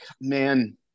man